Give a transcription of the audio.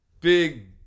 big